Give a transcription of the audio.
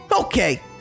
Okay